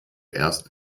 erst